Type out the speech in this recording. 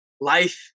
life